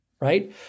right